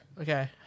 Okay